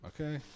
okay